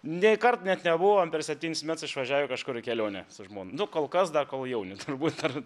nė kart net nebuvom per septynis metus išvažiavę kažkur į kelionę su žmona nu kol kas dar kol jauni turbūt ar